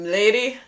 lady